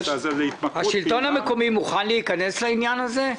השלטון המקומי מוכן להיכנס לעניין הזה?